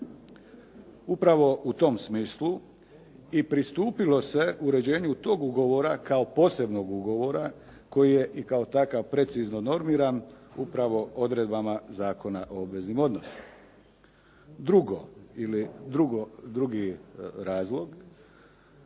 Upravo u tom smislu i pristupilo se uređenju tog ugovora kao posebnog ugovora koji je i kao takav precizno normiran upravo odredbama Zakona o obveznik odnosima. Drugo, ili drugi razlog